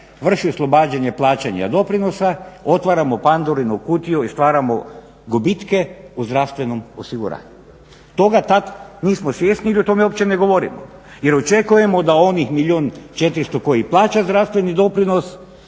vrši oslobađanje plaćanja doprinosa otvaramo Pandorinu kutiju i stvaramo gubitke u zdravstvenom osiguranju. Toga tad nismo svjesni ili o tome uopće ne govorimo jer očekujemo da onih milijun i 400 kojih plaća zdravstveni doprinos